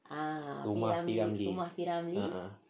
home of P ramlee